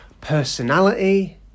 Personality